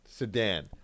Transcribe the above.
Sedan